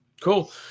Cool